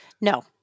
No